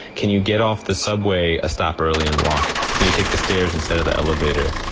can you get off the subway a stop early and walk? can you take the stairs instead of the elevator?